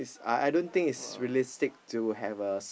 I I don't think it's realistic to have a